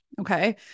okay